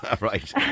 Right